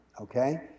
okay